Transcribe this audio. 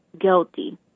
guilty